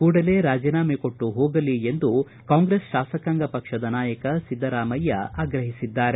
ಕೂಡಲೇ ರಾಜೀನಾಮೆ ಕೊಟ್ಟು ಹೋಗಲಿ ಎಂದು ಕಾಂಗ್ರೆಸ್ ಶಾಸಕಾಂಗ ಪಕ್ಷದ ನಾಯಕ ಸಿದ್ದರಾಮಯ್ಯ ಆಗ್ರಹಿಸಿದ್ದಾರೆ